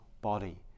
body